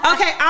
Okay